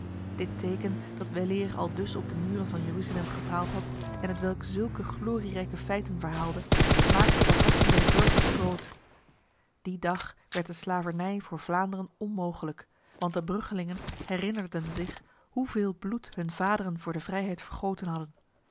dit teken dat weleer aldus op de muren van jeruzalem gepraald had en hetwelk zulke glorierijke feiten verhaalde maakte de harten der burgers groot die dag werd de slavernij voor vlaanderen onmogelijk want de bruggelingen herinnerden zich hoeveel bloeds hun vaderen voor de vrijheid vergoten hadden